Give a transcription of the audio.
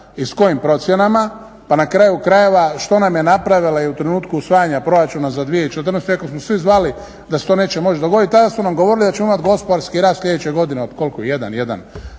i s kojim procjenama pa na kraju krajeva što nam je napravila i u trenutku usvajanja Proračuna za 2014. iako smo svi znali da se to neće moći dogoditi tada su nam govorili da ćemo imati gospodarski rast sljedeće godine od koliko, 1, 1,2%.